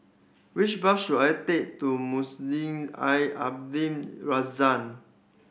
which bus should I take to Masjid Al Abdul Razak